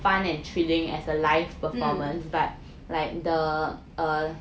mm